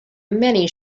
many